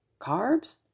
carbs